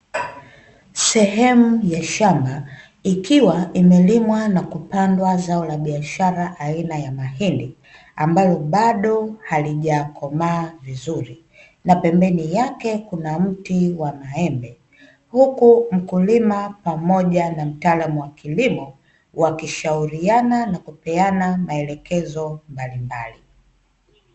Sehemu ya shamba ikiwa imelimwa na kupandwa zao la biashara aina ya mahindi, ambalo bado halijakoma vizuri n pembeni yake kuna mti wa maembe, huku mkulima pamoja na mtaalamu wa kilimo wakishauriana na kupeana maelekezo mbalimbali.